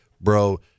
Bro